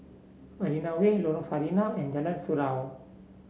Marina Way Lorong Sarina and Jalan Surau